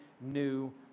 new